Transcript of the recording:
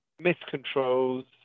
miscontrols